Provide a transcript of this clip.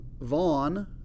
Vaughn